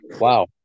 wow